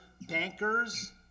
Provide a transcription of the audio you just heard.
bankers